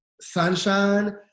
Sunshine